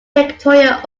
victoria